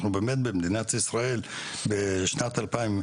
אנחנו באמת במדינת ישראל בשנת 2022?